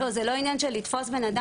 לא, זה לא עניין של לתפוס בן-אדם.